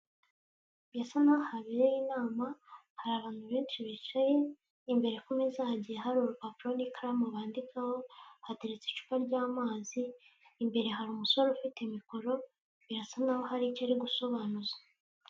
Birasa naho habereye inama, hari abantu benshi bicaye, imbere ku meza hagiye hari urupapuro n'ikaramu bandikaho, hateretse icupa ry'amazi imbere hari umusore ufite mikoro birasa naho hari icyo gusobanuza.